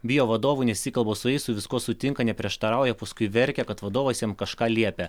bijo vadovų nesikalba su jais su viskuo sutinka neprieštarauja paskui verkia kad vadovas jam kažką liepia